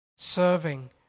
Serving